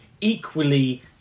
equally